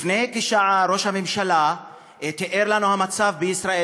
לפני כשעה ראש הממשלה תיאר לנו את המצב בישראל,